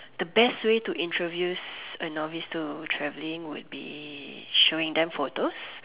the best way to introduce a novice to traveling would be showing them photos